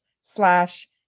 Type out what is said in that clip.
slash